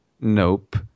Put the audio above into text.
nope